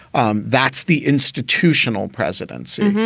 um that's the institutional presidents.